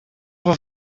van